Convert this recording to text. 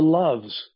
love's